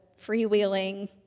freewheeling